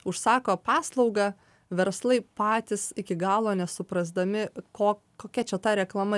užsako paslaugą verslai patys iki galo nesuprasdami ko kokia čia ta reklama